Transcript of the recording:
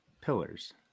pillars